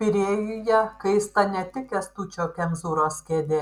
pirėjuje kaista ne tik kęstučio kemzūros kėdė